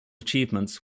achievements